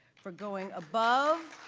for going above